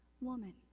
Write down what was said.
woman